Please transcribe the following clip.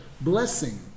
blessing